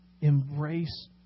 embrace